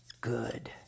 good